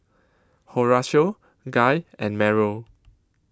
Horatio Guy and Meryl